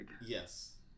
Yes